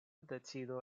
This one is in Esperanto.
decido